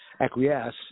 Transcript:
acquiesce